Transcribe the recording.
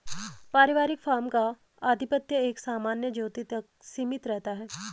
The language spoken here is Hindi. पारिवारिक फार्म का आधिपत्य एक सामान्य ज्योति तक सीमित रहता है